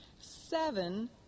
seven